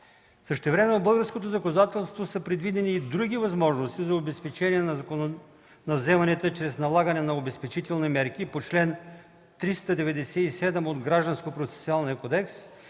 Същевременно в българското законодателство са предвидени и други възможности за обезпечения на вземанията чрез налагане на обезпечителни мерки по чл. 397 от Гражданския процесуален кодекс